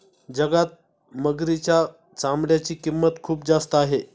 जगात मगरीच्या चामड्याची किंमत खूप जास्त आहे